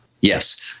Yes